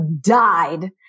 died